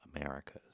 Americas